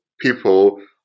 people